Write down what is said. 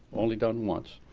only done once.